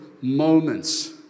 moments